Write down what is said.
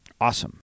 Awesome